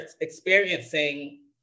experiencing